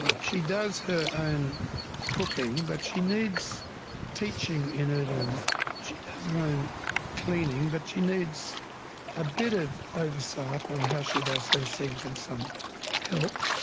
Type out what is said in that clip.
she does her own cooking but she needs teaching in it, and she does her own cleaning but she needs a bit of oversight on how she does those things, and some help.